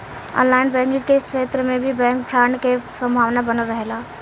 online banking के क्षेत्र में भी बैंक फ्रॉड के संभावना बनल रहेला